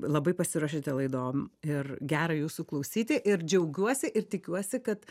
labai pasiruošiate laidom ir gera jūsų klausyti ir džiaugiuosi ir tikiuosi kad